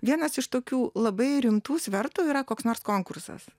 vienas iš tokių labai rimtų svertų yra koks nors konkursas